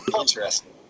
Interesting